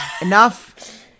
Enough